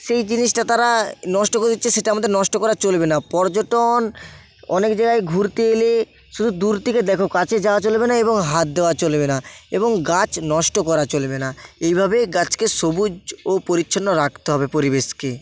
সেই জিনিসটা তারা নষ্ট করে দিচ্ছে সেটা আমাদের নষ্ট করা চলবে না পর্যটন অনেক জায়গায় ঘুরতে এলে শুধু দূর থেকে দেখো কাছে যাওয়া চলবে না এবং হাত দেওয়া চলবে না এবং গাছ নষ্ট করা চলবে না এইভাবে গাছকে সবুজ ও পরিচ্ছন্ন রাখতে হবে পরিবেশকে